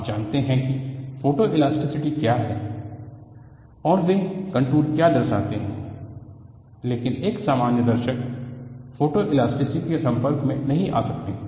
आप जानते हैं कि फोटोइलास्टिसिटी क्या है और वे कन्टूर क्या दर्शाते हैं लेकिन एक सामान्य दर्शक फोटोइलास्टिसिटी के संपर्क में नहीं आ सकते हैं